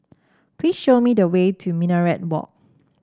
please show me the way to Minaret Walk